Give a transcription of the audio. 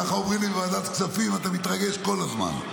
ככה אומרים לי בוועדת כספים, אתה מתרגש כל הזמן.